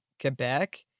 Quebec